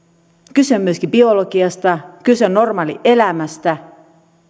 kyse on myöskin biologiasta kyse on normaalielämästä